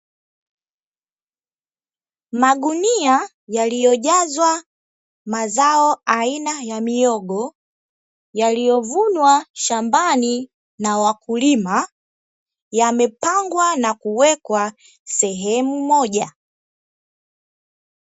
Magunia yaliojazwa mazao aina ya mihogo, yaliyovunwa shambani na wakulima, yamepangwa na kuwekwa sehemu moja.